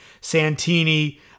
Santini